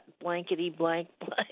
blankety-blank-blank